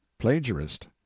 Plagiarist